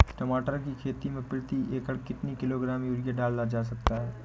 टमाटर की खेती में प्रति एकड़ कितनी किलो ग्राम यूरिया डाला जा सकता है?